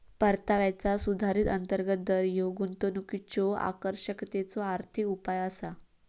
परताव्याचा सुधारित अंतर्गत दर ह्या गुंतवणुकीच्यो आकर्षकतेचो आर्थिक उपाय असा